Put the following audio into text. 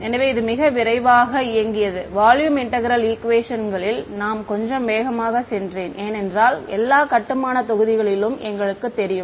எனவே இது மிக விரைவாக இயங்கியது வால்யூம் இன்டெக்ரேல் ஈக்குவேஷன்ங்களில் நான் கொஞ்சம் வேகமாகச் சென்றேன் ஏனென்றால் எல்லா கட்டுமானத் தொகுதிகளும் எங்களுக்குத் தெரியும்